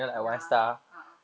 ya a'ah